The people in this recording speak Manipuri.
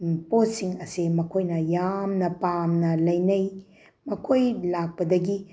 ꯄꯣꯠꯁꯤꯡ ꯑꯁꯦ ꯃꯈꯣꯏꯅ ꯌꯥꯝꯅ ꯄꯥꯝꯅ ꯂꯩꯅꯩ ꯃꯈꯣꯏ ꯂꯥꯛꯄꯗꯒꯤ